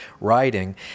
writing